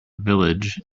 village